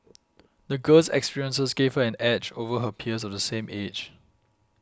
the girl's experiences gave her an edge over her peers of the same age